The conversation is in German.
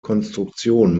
konstruktion